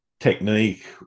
technique